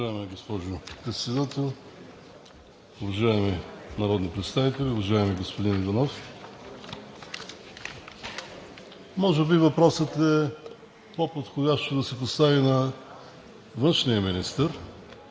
Уважаема госпожо Председател, уважаеми народни представители! Уважаеми господин Иванов, може би въпросът е по-подходящо да се постави на външния министър,